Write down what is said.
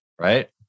right